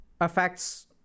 affects